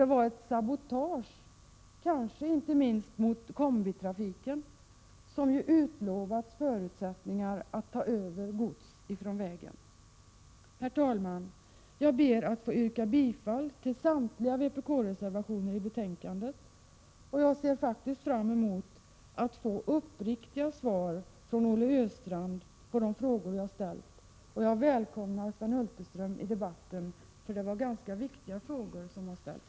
Det är ett sabotage mot kanske inte minst kombitrafiken, som ju utlovats förutsättningar att ta över gods från vägarna. Herr talman! Jag ber att få yrka bifall till samtliga vpk-reservationer i betänkandet och ser faktiskt fram emot att få uppriktiga svar från Olle Östrand på de frågor som jag har ställt. Jag välkomnar Sven Hulterström till debatten, för det är ganska viktiga frågor som har ställts.